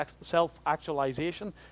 Self-Actualization